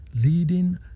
leading